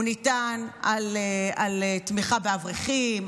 הוא ניתן על תמיכה באברכים,